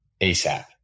ASAP